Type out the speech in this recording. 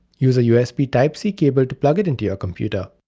use a usb type c cable to plug it into your computer.